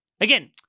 Again